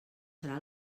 serà